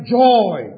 joy